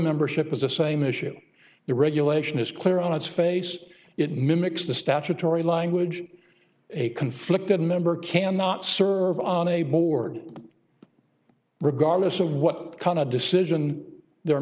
membership as a same issue the regulation is clear on its face it mimics the statutory language a conflicted member cannot serve on a board regardless of what kind of decision they're